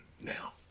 Now